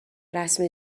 رسم